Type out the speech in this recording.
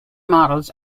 models